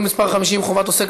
אינה נוכחת,